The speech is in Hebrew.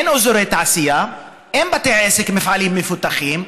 אין אזורי תעשייה, אין בתי עסק ומפעלים מפותחים,